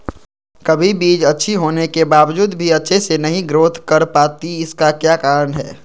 कभी बीज अच्छी होने के बावजूद भी अच्छे से नहीं ग्रोथ कर पाती इसका क्या कारण है?